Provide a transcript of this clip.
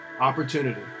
opportunity